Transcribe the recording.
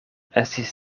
estis